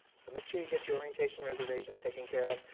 so make sure you get your orientation reservation taken care of.